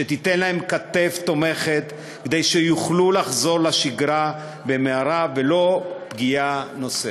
שתיתן להן כתף תומכת כדי שיוכלו לחזור לשגרה במהרה וללא פגיעה נוספת.